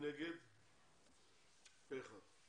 הצבעה אושר החוק אושר פה אחד.